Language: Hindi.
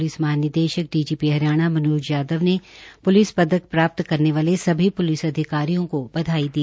पुलिस महानिदेशक डीजीपी हरियाणा मनोज यादव ने पुलिस पदक प्राप्त करने वाले सभी पुलिस अधिकारियों को बधाई दी